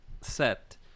set